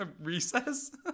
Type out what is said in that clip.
Recess